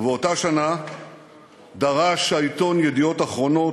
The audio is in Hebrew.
ובאותה שנה דרש העיתון "ידיעות אחרונות":